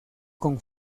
con